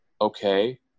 Okay